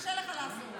שקשה לך לעשות.